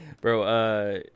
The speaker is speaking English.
bro